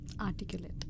articulate